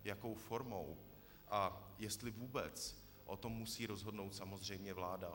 Jakou formou a jestli vůbec, o tom musí rozhodnout samozřejmě vláda.